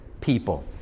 people